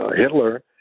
Hitler